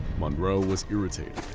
monroe was irritated,